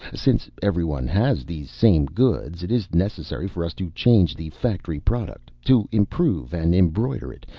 since everyone has these same goods, it is necessary for us to change the factory product, to improve and embroider it,